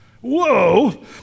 Whoa